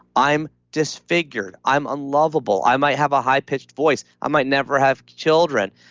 i'm disfigured. i'm unlovable. i might have a high pitched voice. i might never have children.